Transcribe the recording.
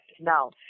now